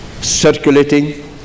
circulating